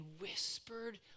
whispered